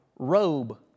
Robe